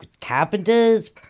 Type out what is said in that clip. carpenters